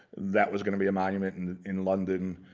that was going to be a monument and in london.